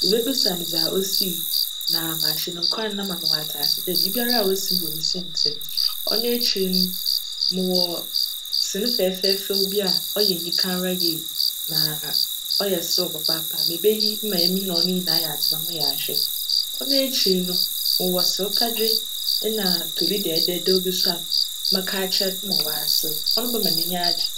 mebebisa no dza osii na m'ahyj no nkuran na ma ama catse ase dj biribiara osi no wc siantsir. Cno ekyir no, mowc sene fjfjjfj bi a cyj enyika ara yie na cyj serew papaapa. Mebeyi ma emi na cno nyinara yjahwj, Cno ekyir no, mowc serew tadwe na toli djdjjdjw bi a mebjka akyerj no ma caserew. Cno bjma n'enyi agye.